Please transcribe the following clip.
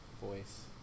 voice